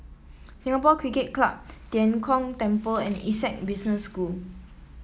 Singapore Cricket Club Tian Kong Temple and Essec Business School